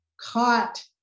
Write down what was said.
caught